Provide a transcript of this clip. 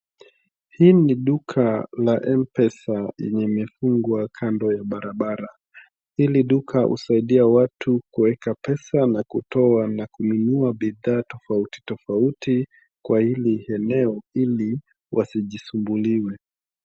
Hii ni duka la mpesa yenye imefungwa kando ya barabara. Hili duka husaidia watu kuweka pesa na kutoa na kununua bidhaa tofauti tofauti, kwa hili eneo ili wasijisumbuliwe.